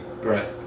Right